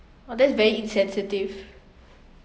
oh that's very insensitive